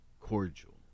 cordial